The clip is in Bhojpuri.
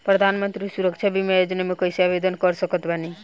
प्रधानमंत्री सुरक्षा बीमा योजना मे कैसे आवेदन कर सकत बानी?